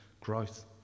growth